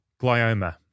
glioma